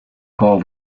call